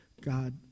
God